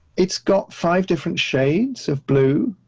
it's got five different shades of blue,